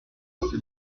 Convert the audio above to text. dix